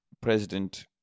president